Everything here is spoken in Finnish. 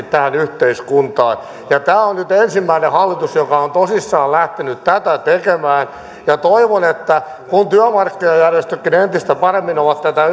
tähän yhteiskuntaan tämä on nyt ensimmäinen hallitus joka on tosissaan lähtenyt tätä tekemään ja toivon että kun työmarkkinajärjestötkin entistä paremmin ovat tätä